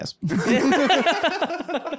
yes